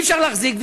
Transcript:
ואי-אפשר להחזיק.